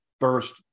first